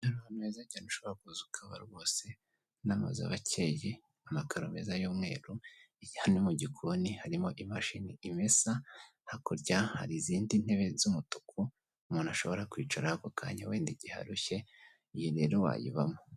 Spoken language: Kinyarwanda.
Ahantu heza cyane ushobora kuza ukaba rwose n'amazu aba akeye amakaro meza y'umweru aha ni mugikoni harimo imashini imesa, hakurya hari izindi ntebe z'umutuku umuntu ashobora kwicaho ako kanya wenda igihe arushye, iyi rero wayibamo.